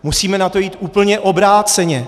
Musíme na to jít úplně obráceně.